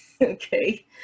okay